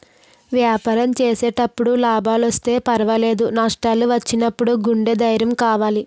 వ్యాపారం చేసేటప్పుడు లాభాలొస్తే పర్వాలేదు, నష్టాలు వచ్చినప్పుడు గుండె ధైర్యం కావాలి